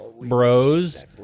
Bros